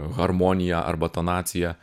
harmoniją arba tonaciją